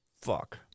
Fuck